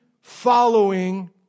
following